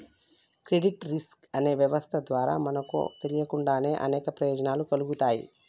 credit risk అనే వ్యవస్థ ద్వారా మనకు తెలియకుండానే అనేక ప్రయోజనాలు కల్గుతాయి